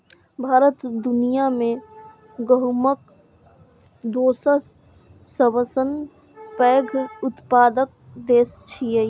भारत दुनिया मे गहूमक दोसर सबसं पैघ उत्पादक देश छियै